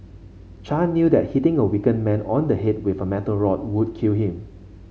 Chan knew that hitting a weakened man on the head with a metal rod would kill him